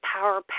power